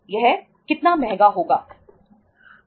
यह कितना महंगा होगा